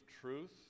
truth